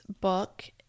book